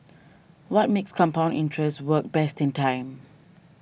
what makes compound interest work besting time